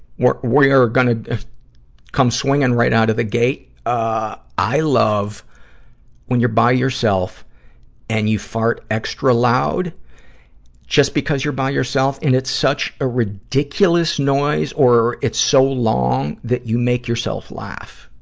we're we're gonna come swinging right out of the gate ah i love when you're by yourself and you fart extra loud just because you're by yourself and it's such a ridiculous noise or it's so long that you make yourself laugh.